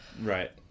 Right